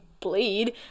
Bleed